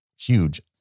huge